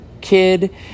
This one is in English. kid